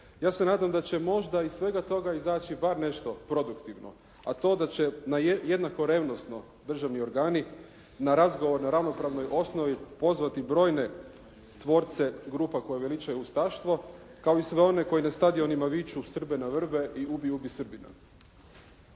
Ja se nadam da će možda iz svega toga izaći bar nešto produktivano, a to da će na jednako revnosno državni organi na razgovor na ravnopravnoj osnovi pozvati brojne tvorce grupa koje veličaju ustavštvo kao i sve one na stadionima viču "Srbe na vrbe" i "Ubi, ubi Srbina".